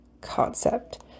concept